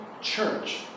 church